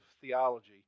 theology